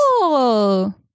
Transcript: Cool